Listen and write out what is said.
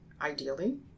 ideally